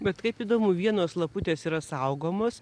bet kaip įdomu vienos laputės yra saugomos